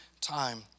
time